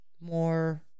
more